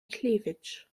cleavage